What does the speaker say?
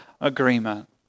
agreement